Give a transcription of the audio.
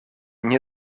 nie